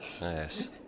Yes